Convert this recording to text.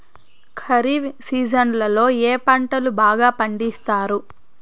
ఖరీఫ్ సీజన్లలో ఏ పంటలు బాగా పండిస్తారు